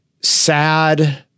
sad